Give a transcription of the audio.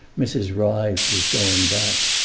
mrs. ryves was going back.